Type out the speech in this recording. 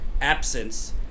absence